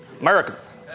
Americans